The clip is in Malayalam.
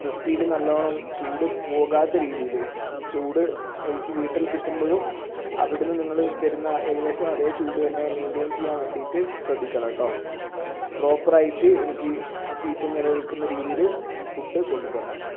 വൃത്തിയിൽ നല്ലവണ്ണം ചൂട് പോകാത്ത രീതിയിൽ ചൂട് എനിക്ക് വീട്ടിൽ കിട്ടുമ്പോഴും അവിടെനിന്ന് നിങ്ങൾ തരുന്ന ഏകദേശം അതെ ചൂട് തന്നെ മെയിന്റെയിൻ ചെയ്യാൻ വേണ്ടിയിട്ട് ശ്രദ്ധിക്കണം കേട്ടോ പ്രോപ്പർ ആയിട്ട് എനിക്ക് ഹീറ്റ് നിലനിൽക്കുന്ന രീതിയിൽ ഫുഡ് കൊണ്ട് തരണം